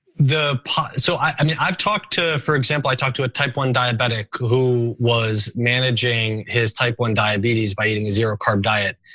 so i mean i've talked to, for example, i talked to a type one diabetic who was managing his type one diabetes by eating a zero carb diet.